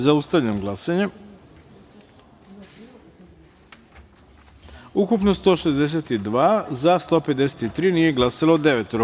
Zaustavljam glasanje: Ukupno – 162, za – 153, nije glasalo – devet.